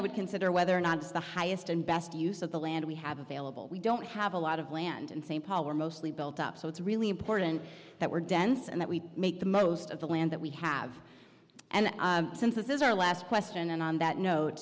i would consider whether or not it's the highest and best use of the land we have available we don't have a lot of land in st paul are mostly built up so it's really important that we're dense and that we make the most of the land that we have and since this is our last question and on that note